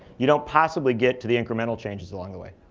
you don't possibly get to the incremental changes along the way.